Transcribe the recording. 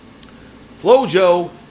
Flojo